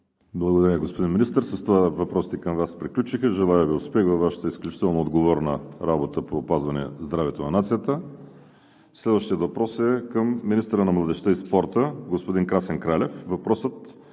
Благодаря, господин Министър. С това въпросите към Вас приключиха. Желая Ви успех във Вашата изключително отговорна работа по опазване здравето на нацията. Следващият въпрос е към министъра на младежта и спорта господин Красен Кралев.